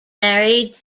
married